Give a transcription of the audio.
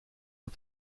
are